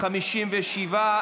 57,